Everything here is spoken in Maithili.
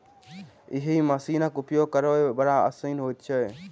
एहि मशीनक उपयोग करब बड़ आसान होइत छै